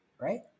Right